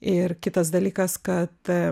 ir kitas dalykas kad